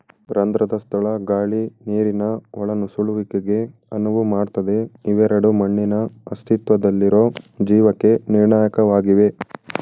ರಂಧ್ರದ ಸ್ಥಳ ಗಾಳಿ ನೀರಿನ ಒಳನುಸುಳುವಿಕೆಗೆ ಅನುವು ಮಾಡ್ತದೆ ಇವೆರಡೂ ಮಣ್ಣಿನ ಅಸ್ತಿತ್ವದಲ್ಲಿರೊ ಜೀವಕ್ಕೆ ನಿರ್ಣಾಯಕವಾಗಿವೆ